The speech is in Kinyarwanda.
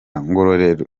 ngororero